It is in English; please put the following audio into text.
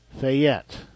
Fayette